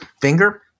finger